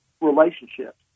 relationships